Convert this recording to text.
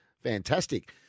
Fantastic